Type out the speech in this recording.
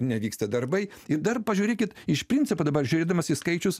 nevyksta darbai ir dar pažiūrėkit iš principo dabar žiūrėdamas į skaičius